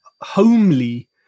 homely